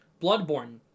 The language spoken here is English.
bloodborne